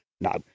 No